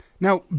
Now